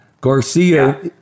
garcia